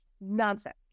nonsense